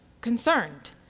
concerned